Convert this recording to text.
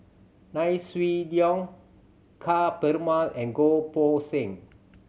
Nai Swee Yong Ka Perumal and Goh Poh Seng